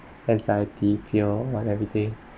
anxiety feel whatever thing